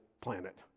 planet